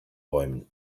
bäumen